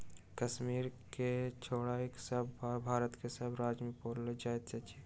कश्मीर के छोइड़ क, बांस भारत के सभ राज्य मे पाओल जाइत अछि